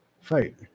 fight